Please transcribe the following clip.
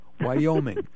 Wyoming